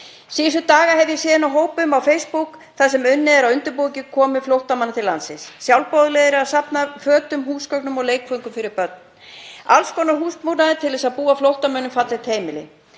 Síðustu daga hef ég séð í hópum á Facebook að unnið er að undirbúningi komu flóttamanna til landsins. Sjálfboðaliðar hafa safnað fötum, húsgögnum og leikföngum fyrir börn, alls konar húsbúnaði til að búa flóttamönnum fallegt heimili.